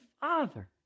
Father